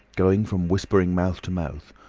going from whispering mouth to mouth,